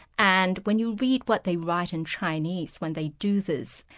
and when you read what they write in chinese, when they do this,